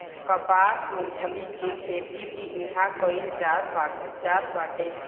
कपास, मूंगफली के खेती भी इहां कईल जात बाटे